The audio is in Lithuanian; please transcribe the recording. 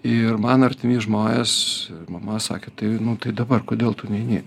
ir man artimi žmonės mama sakė tai nu tai dabar kodėl tu neini